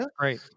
Right